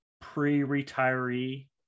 pre-retiree